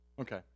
Okay